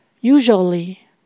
usually